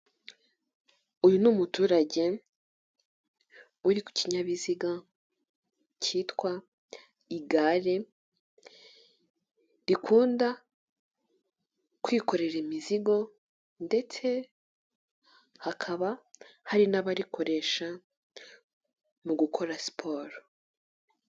uyu ni umuturage uri kukinyabiziga cyitwa igare, rikunda kwikorera imizigo ndetse hakaba hari n'abarikoresha mu gukora siporo.